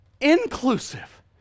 inclusive